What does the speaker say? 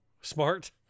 smart